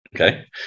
Okay